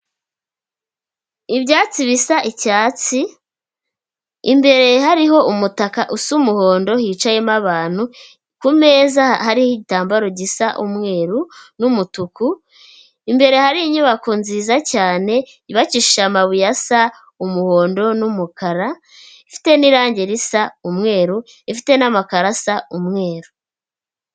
Ibyatsi bisa icyatsi, imbere hariho umutaka usa umuhondo hicayemo abantu, ku meza hariho igitambaro gisa umweru n'umutuku, imbere hari inyubako nziza cyane yubakishije amabuye asa umuhondo n'umukara, ifite n'irange risa umweru, ifite n'amakaro asa umweru.